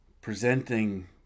presenting